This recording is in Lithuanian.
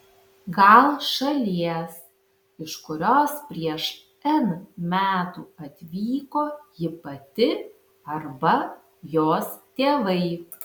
gal šalies iš kurios prieš n metų atvyko ji pati arba jos tėvai